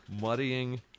muddying